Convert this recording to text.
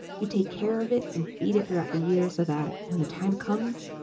you take care of it and feed it throughout the year so that, when the time comes,